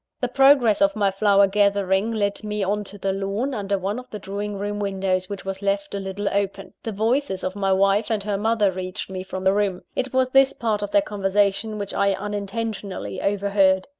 the progress of my flower-gathering led me on to the lawn under one of the drawing-room windows, which was left a little open. the voices of my wife and her mother reached me from the room. it was this part of their conversation which i unintentionally overheard